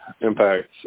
impacts